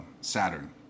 Saturn